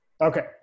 okay